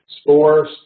Spores